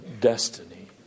destiny